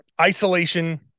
isolation